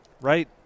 right